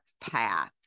Path